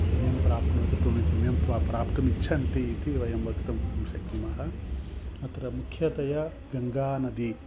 पुण्यं प्राप्नोति पुण्यं पुण्यं प्रा प्राप्तुम् इच्छन्ति इति वयं वक्तुं शक्नुमः अत्र मुख्यतया गङ्गानदी